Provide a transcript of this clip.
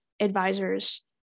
advisors